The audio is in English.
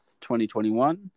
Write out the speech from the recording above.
2021